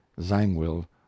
Zangwill